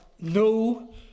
no